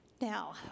Now